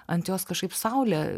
ant jos kažkaip saulė